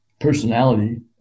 personality